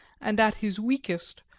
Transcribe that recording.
and at his weakest,